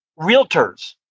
realtors